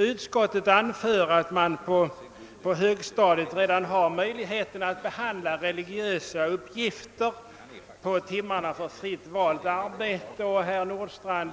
Utskottet anför att man på högstadiet redan har möjlighet att behandla religiösa uppgifter på timmarna för fritt valt arbete, och herr Nordstrandh